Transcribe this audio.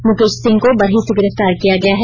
मुकेश सिंह को बरही से गिरफ्तार किया गया है